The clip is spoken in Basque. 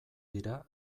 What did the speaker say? dira